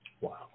Wow